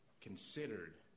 considered